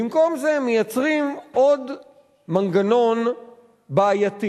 במקום זה מייצרים עוד מנגנון בעייתי